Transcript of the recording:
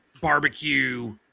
barbecue